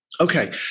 okay